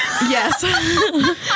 Yes